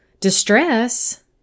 distress